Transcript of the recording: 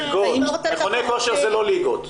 מכוני כושר זה לא ליגות.